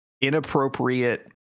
inappropriate